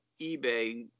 eBay